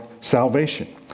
salvation